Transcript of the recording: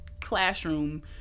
classroom